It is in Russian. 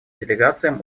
делегациям